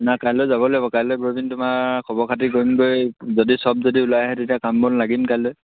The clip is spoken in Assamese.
নাই কাইলৈ যাবই লাগিব কাইলৈ গৈ পিনি তোমাৰ খবৰ খাতি কৰিমগৈ যদি চব যদি ওলাই আহে তেতিয়া কাম বন লাগিম কাইলৈ